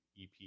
ep